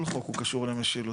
כל חוק קשור למשילות.